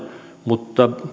mutta